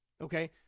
Okay